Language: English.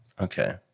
Okay